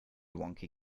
wonky